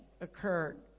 occurred